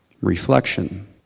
reflection